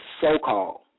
so-called